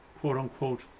quote-unquote